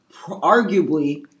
arguably